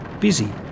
busy